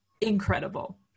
incredible